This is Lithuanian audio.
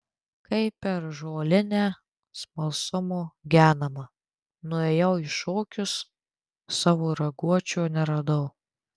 kai per žolinę smalsumo genama nuėjau į šokius savo raguočio neradau